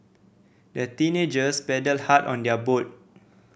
the teenagers paddled hard on their boat